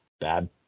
bad